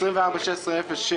תוכנית 24-16-06